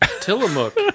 Tillamook